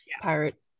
Pirate